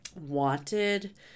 wanted